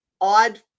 Odd